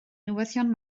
newyddion